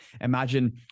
imagine